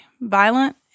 violent